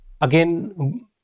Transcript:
Again